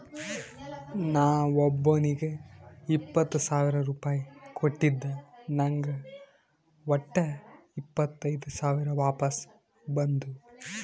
ನಾ ಒಬ್ಬೋನಿಗ್ ಇಪ್ಪತ್ ಸಾವಿರ ರುಪಾಯಿ ಕೊಟ್ಟಿದ ನಂಗ್ ವಟ್ಟ ಇಪ್ಪತೈದ್ ಸಾವಿರ ವಾಪಸ್ ಬಂದು